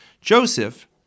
Joseph